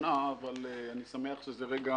לחתונה אבל אני שמח שזה רגע